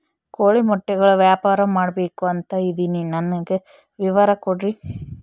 ಕೋಳಿ ಮೊಟ್ಟೆಗಳ ವ್ಯಾಪಾರ ಮಾಡ್ಬೇಕು ಅಂತ ಇದಿನಿ ನನಗೆ ವಿವರ ಕೊಡ್ರಿ?